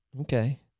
Okay